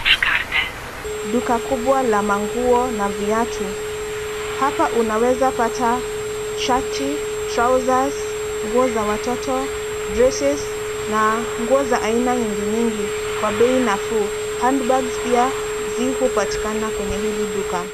Duka kubwa la manguo na viatu. Hapa unaweza pata shati, trousers , nguo za watoto, dresses na nguo za aina nyingi nyingi kwa bei nafuu. Handbags pia zi hupatikana kwenye hili duka.